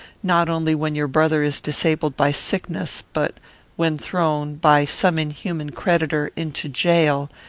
not only when your brother is disabled by sickness, but when thrown, by some inhuman creditor, into jail,